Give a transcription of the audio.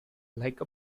like